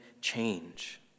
change